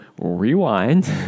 rewind